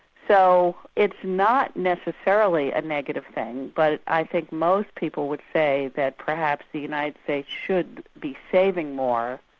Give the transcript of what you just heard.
so it's not necessarily a negative thing, but i think most people would say that perhaps the united states should be saving more,